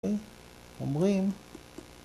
אוקיי? אומרים...